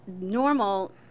normal